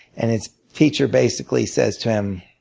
and his teacher basically says to him,